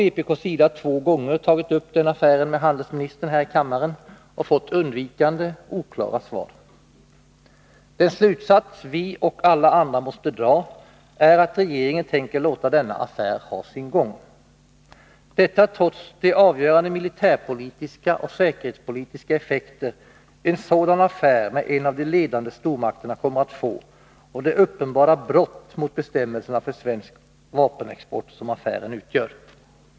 Vpk har två gånger tagit upp denna affär med handelsministern här i kammaren men fått undvikande, oklara svar. Den slutsats vi och alla andra måste dra är att regeringen tänker låta affären ha sin gång, trots de avgörande militärpolitiska och säkerhetspolitiska effekter en sådan affär med en av de ledande stormakterna kommer att få och trots det uppenbara brott mot bestämmelserna för svensk vapenexport som affären utgör.